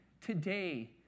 Today